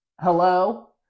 hello